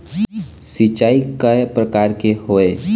सिचाई कय प्रकार के होये?